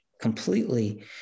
Completely